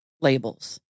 labels